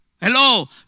Hello